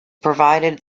provided